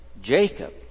Jacob